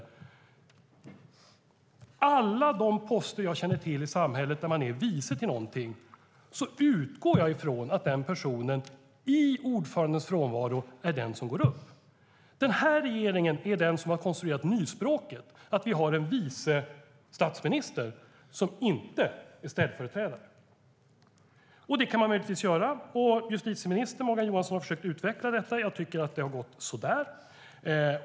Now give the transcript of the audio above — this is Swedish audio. För alla de poster jag känner till i samhället där man är vice till någonting utgår jag från att den personen i ordförandens frånvaro är den som går in. Den här regeringen har konstruerat nyspråket med en vice statsminister som inte är ställföreträdare. Det kan man möjligtvis göra. Justitieminister Morgan Johansson har försökt att utveckla detta. Jag tycker att det har gått så där.